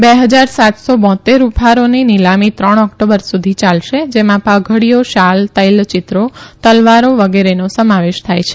બે હજાર સાતસો બોત્તેર ઉપહારોની નિલામી ત્રણ ઓકટોબર સુધી ચાલશે જેમાં પાઘડીઓ શાલ તૈલ ચિત્રો તલવારી વગેરેનો સમાવેશ થાય છે